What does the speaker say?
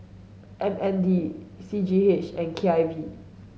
M N D C G H and K I V